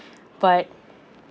but